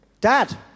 dad